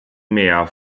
mehr